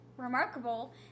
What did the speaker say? Remarkable